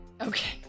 okay